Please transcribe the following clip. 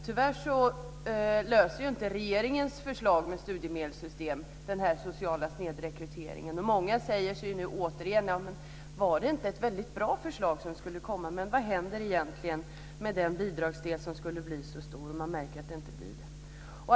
Tyvärr löser inte regeringens förslag till studiemedelssystem den sociala snedrekryteringen. Många frågar sig nu återigen om det inte var ett väldigt bra förslag som skulle komma och vad som hände med den bidragsdel som skulle bli så stor - man märker att den inte blir det.